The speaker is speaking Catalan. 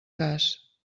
cas